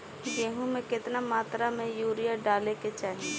गेहूँ में केतना मात्रा में यूरिया डाले के चाही?